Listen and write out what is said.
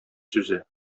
сүзе